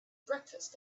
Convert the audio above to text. breakfast